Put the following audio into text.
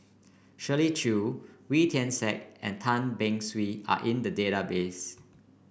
Shirley Chew Wee Tian Siak and Tan Beng Swee are in the database